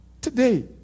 Today